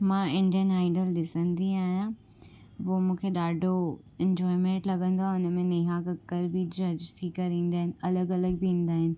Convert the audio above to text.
मां Indian idol ॾिसंदी आहियां पोइ मूंखे ॾाढो इंजोयमेंट लॻंदो आहे हुन में नेहा कक्कड़ बि जज थी करे ईंदा आहिनि अलॻि अलॻि बि ईंदा आहिनि